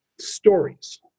stories